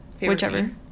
Whichever